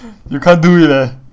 you can't do it eh